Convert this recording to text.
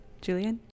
Julian